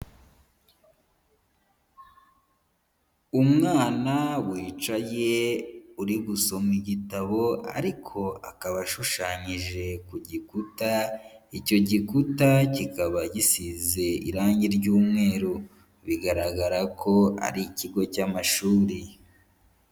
Umwana wicaye uri gusoma igitabo ariko akaba ashushanyije ku gikuta, icyo gikuta kikaba gisize irangi ry'umweru, bigaragara ko ari ikigo cy'amashuri.